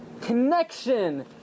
connection